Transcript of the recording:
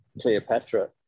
Cleopatra